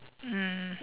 mm